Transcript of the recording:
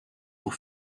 pour